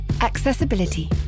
Accessibility